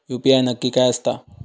UPI नक्की काय आसता?